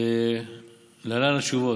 להלן התשובות: